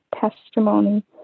testimony